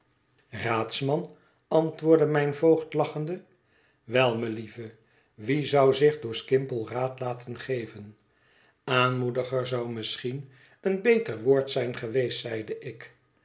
raadsman antwoordde mijn voogd lachende wel melieve wie zou zich door skimpole raad laten geven aanmoediger zou misschien een beter woord zijn geweest zeide ik